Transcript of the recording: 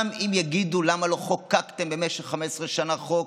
גם אם יגידו: למה לא חוקקתם במשך 15 שנה חוק,